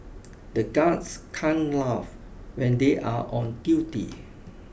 the guards can't laugh when they are on duty